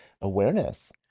awareness